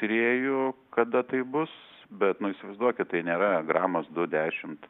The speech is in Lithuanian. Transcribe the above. tyrėjų kada tai bus bet nu įsivaizduokit tai nėra gramas du dešimt